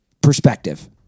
perspective